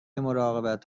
مراقبت